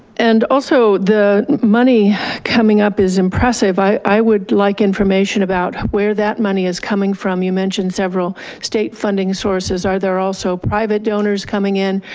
and also the money coming up is impressive. i i would like information about where that money is coming from. you mentioned several state funding sources, are there also private donors coming in,